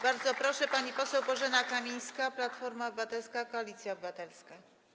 Bardzo proszę, pani poseł Bożena Kamińska, Platforma Obywatelska - Koalicja Obywatelska.